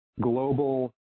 global